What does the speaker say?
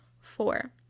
Four